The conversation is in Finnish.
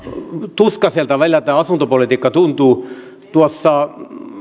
tuskaiselta välillä tämä asuntopolitiikka tuntuu